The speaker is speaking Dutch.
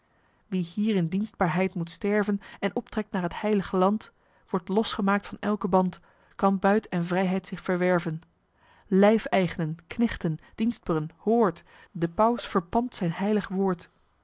wie hier in dienstbaarheid moet sterven en optrekt naar het heil'ge land wordt losgemaakt van elken band kan buit en vrijheid zich verwerven lijfeig'nen knechten dienstb'ren hoort de paus verpandt zijn heilig woord